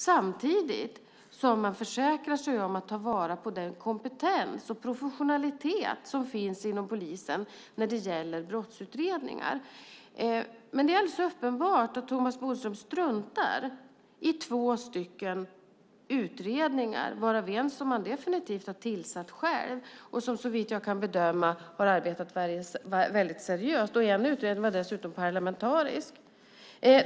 Samtidigt försäkrar man sig om att ta vara på den kompetens och professionalitet som finns inom polisen när det gäller brottsutredningar. Det är alldeles uppenbart att Thomas Bodström struntar i två utredningar, varav han har tillsatt en själv, som såvitt jag kan bedöma har arbetat väldigt seriöst. En utredning var dessutom parlamentarisk.